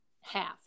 half